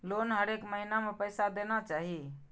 Loan हरेक महीना में पैसा देना चाहि?